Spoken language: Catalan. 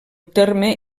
terme